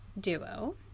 duo